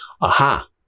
aha